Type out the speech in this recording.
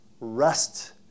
Rest